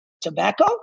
tobacco